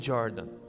Jordan